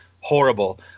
horrible